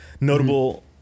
Notable